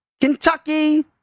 Kentucky